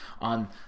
on